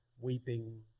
weeping